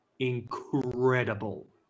incredible